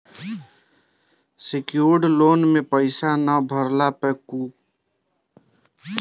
secured loan में पईसा ना भरला पे कुड़की नीलामी हो जात हवे